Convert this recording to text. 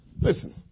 Listen